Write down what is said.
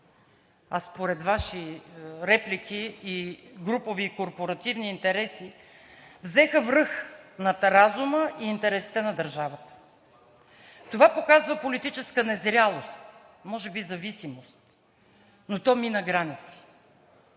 а според Ваши реплики и групови корпоративни интереси взеха връх над разума и интересите на държавата. Това показва политическа незрялост, може би зависимост, но то мина граници